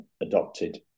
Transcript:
adopted